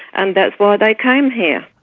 and that's why they came here.